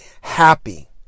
happy